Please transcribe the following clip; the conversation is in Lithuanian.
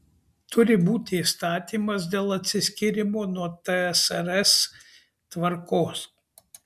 turi būti įstatymas dėl atsiskyrimo nuo tsrs tvarkos